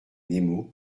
nemo